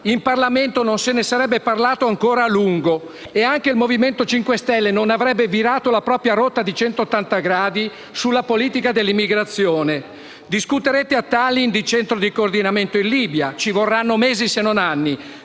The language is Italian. in Parlamento non se ne sarebbe parlato ancora a lungo. E anche il Movimento 5 Stelle non avrebbe virato la propria rotta di 180 gradi sulla politica dell'immigrazione. Discuterete a Tallinn di centro di coordinamento in Libia (ci vorranno mesi, se non anni),